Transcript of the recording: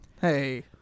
Hey